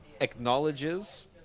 acknowledges